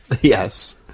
yes